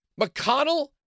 McConnell